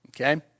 okay